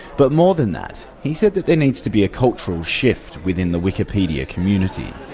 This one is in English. but more than that, he said that there needs to be a cultural shift within the wikipedia community.